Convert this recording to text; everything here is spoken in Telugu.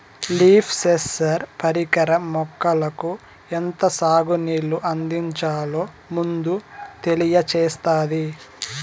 లీఫ్ సెన్సార్ పరికరం మొక్కలకు ఎంత సాగు నీళ్ళు అందించాలో ముందే తెలియచేత్తాది